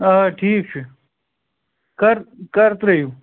آ ٹھیٖک چھُ کَر کَر ترٛٲوِو